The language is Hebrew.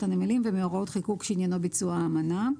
הנמלים ומהוראות חיקוק שעניינו ביצוע האמנה.